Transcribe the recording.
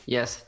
Yes